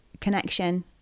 connection